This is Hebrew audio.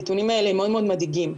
הנתונים האלה הם מאוד מאוד מדאיגים.